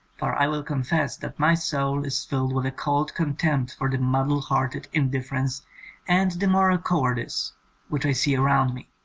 for i will confess that my soul is filled with a cold contempt for the muddle-headed indifference and the moral cowardice which i see around me.